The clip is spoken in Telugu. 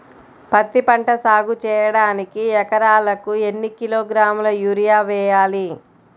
పత్తిపంట సాగు చేయడానికి ఎకరాలకు ఎన్ని కిలోగ్రాముల యూరియా వేయాలి?